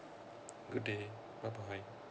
good day bye bye